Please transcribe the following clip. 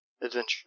adventure